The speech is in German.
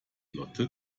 lotte